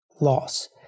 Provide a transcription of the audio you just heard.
loss